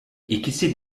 ikisi